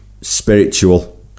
spiritual